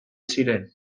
ziren